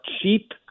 cheap